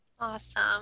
Awesome